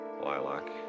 Lilac